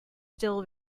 still